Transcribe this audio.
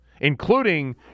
including